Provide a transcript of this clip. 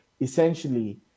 essentially